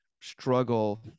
struggle